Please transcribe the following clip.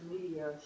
media